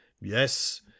Yes